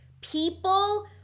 People